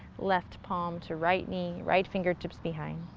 left palm to right knee, right fingertips behind.